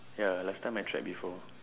ya last time I tried before